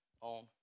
on